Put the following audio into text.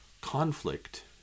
conflict